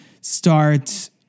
start